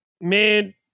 man